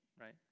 right